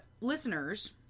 listeners